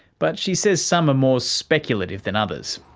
but she says some are more speculative than others.